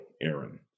Aaron